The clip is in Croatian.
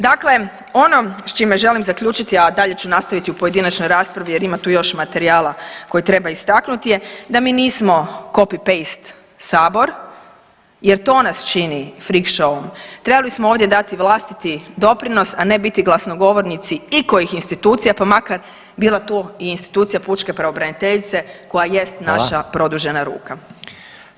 Dakle, ono s čime želim zaključiti, a dalje ću nastaviti u pojedinačnoj raspravi jer ima tu još materijala koji treba istaknuti je da mi nismo copy paste sabor jer to nas čini freak show-om, trebali smo ovdje dati vlastiti doprinos, a ne biti glasnogovornici ikojih institucija pa makar bila tu i institucija pučke pravobraniteljice koja jest naša [[Upadica: Hvala.]] produžena ruka.